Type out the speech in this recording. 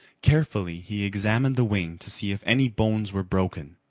carefully he examined the wing to see if any bones were broken.